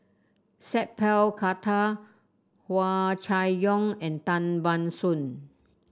Sat Pal Khattar Hua Chai Yong and Tan Ban Soon